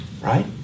right